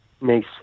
Nice